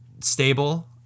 stable